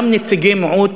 גם נציגי מיעוט